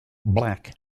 black